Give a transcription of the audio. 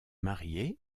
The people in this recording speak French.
marié